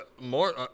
more